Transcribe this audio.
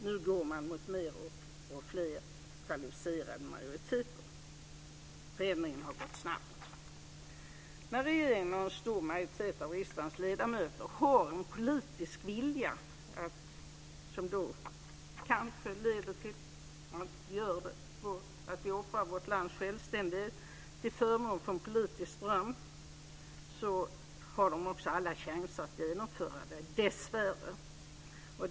Nu går man mot mer av kvalificerad majoritet. Förändringen har gått snabbt. När regeringen och en stor majoritet av riksdagens ledamöter har en "politisk vilja" som kanske leder till att vi offrar vårt lands självständighet till förmån för en politisk dröm har de alla chanser att genomföra det, dessvärre.